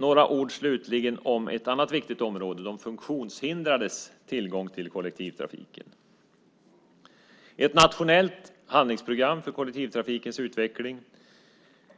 Låt mig också säga några ord om ett annat viktigt område, nämligen de funktionshindrades tillgång till kollektivtrafiken. Ett nationellt handlingsprogram för kollektivtrafikens